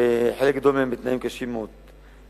וחלק גדול מהן בתנאים קשים מאוד.